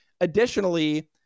Additionally